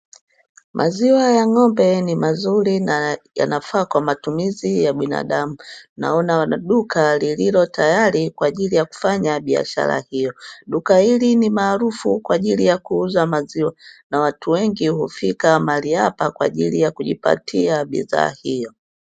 Maziwa ya ng'ombe ni mazuri na yanafaa kwa matumizi ya binadamu; na wana duka lililo tayari kwa ajili ya kufanya biashara hiyo. Duka hili ni maarufu kwa ajili ya kuuza maziwa na watu wengi hufika mahali hapa kwa ajili ya kujipatia bidhaa hiyo.